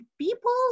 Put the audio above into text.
people